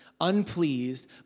unpleased